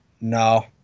No